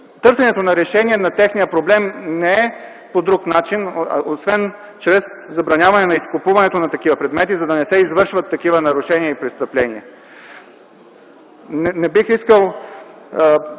Търсенето на решение на техния проблем не е по друг начин, освен чрез забраняване на изкупуването на такива предмети, за да не се извършват такива нарушения и престъпления. Не бих искал